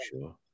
sure